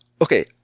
Okay